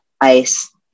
ice